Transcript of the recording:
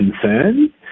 concern